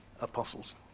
apostles